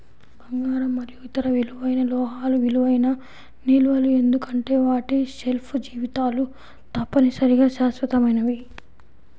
బంగారం మరియు ఇతర విలువైన లోహాలు విలువైన నిల్వలు ఎందుకంటే వాటి షెల్ఫ్ జీవితాలు తప్పనిసరిగా శాశ్వతమైనవి